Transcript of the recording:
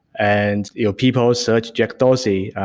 and you know people search jack dorsey,